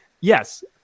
yes